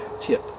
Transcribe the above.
tip